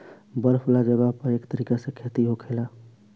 बर्फ वाला जगह पर एह तरीका से खेती होखेला